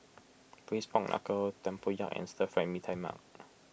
Braised Pork Knuckle Tempoyak and Stir Fried Mee Tai Mak